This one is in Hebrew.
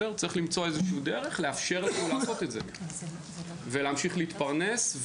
צריך למצוא דרך לאפשר לנו לעשות את זה ולהמשיך להתפרנס.